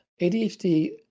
ADHD